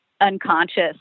unconscious